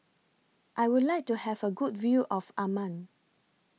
I Would like to Have A Good View of Amman